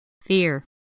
fear